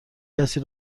کسی